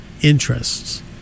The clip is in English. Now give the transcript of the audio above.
interests